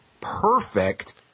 perfect